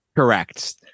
Correct